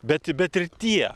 bet i bet ir tie